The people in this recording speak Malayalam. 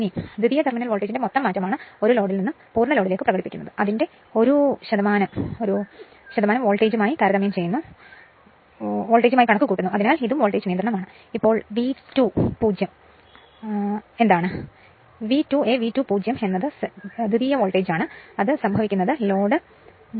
അതിനാൽ ദ്വിതീയ ടെർമിനൽ വോൾട്ടേജിന്റെ മൊത്തം മാറ്റമാണ് ഒരു ലോഡിൽ നിന്നും പൂർണ്ണ ലോഡിലേക്ക് പ്രകടിപ്പിക്കുന്നത് അതിന്റെ ഒരു പ്രായം വോൾട്ടേജായി റേറ്റുചെയ്യുന്നു അതിനാൽ ഇത് വോൾട്ടേജ് നിയന്ത്രണമാണ്